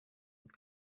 und